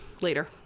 later